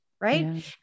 Right